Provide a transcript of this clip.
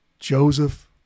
Joseph